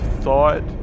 thought